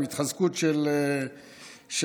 עם התחזקות של חמאס,